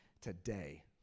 today